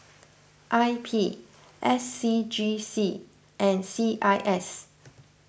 I P S C G C and C I S